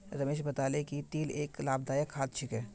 रमेश बताले कि तिल एक लाभदायक खाद्य छिके